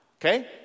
Okay